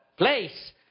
place